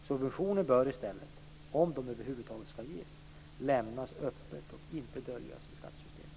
Subventioner bör i stället, om de över huvud taget skall ges, lämnas öppet och inte döljas i skattesystemet.